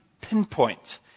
pinpoint